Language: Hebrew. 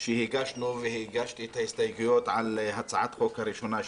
שהגשתי את ההסתייגויות על הצעת החוק הראשונה,